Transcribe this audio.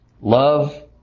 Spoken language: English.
love